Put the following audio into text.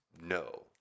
No